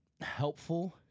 helpful